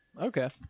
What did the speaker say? Okay